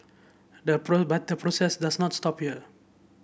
the but the process does not stop here